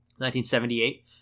1978